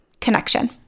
connection